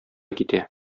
китә